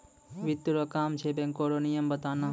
वित्त रो काम छै बैको रो नियम बनाना